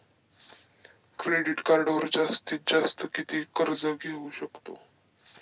Credit कार्डवर जास्तीत जास्त किती कर्ज घेऊ शकतो?